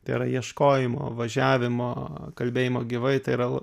tai yra ieškojimo važiavimo kalbėjimo gyvai tai yra